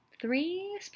three